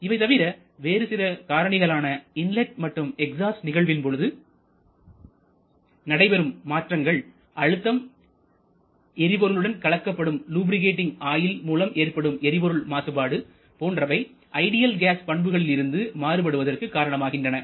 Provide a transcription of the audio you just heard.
இவை தவிர வேறு சில காரணிகளான இன்லெட் மற்றும் எக்ஸாஸ்ட் நிகழ்வில் பொழுது நடைபெறும் மாற்றங்கள் அழுத்தம் எரிபொருளுடன் கலக்கப்படும் லுபிரிகேட்டிங் ஆயில் மூலம் ஏற்படும் எரிபொருள் மாசுபாடு போன்றவை ஐடியல் கேஸ் பண்புகளில் இருந்து மாறுபடுவதற்கு காரணமாகின்றன